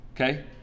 Okay